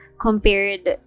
compared